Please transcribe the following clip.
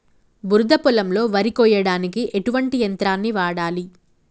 బురద పొలంలో వరి కొయ్యడానికి ఎటువంటి యంత్రాన్ని వాడాలి?